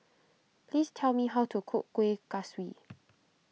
please tell me how to cook Kueh Kaswi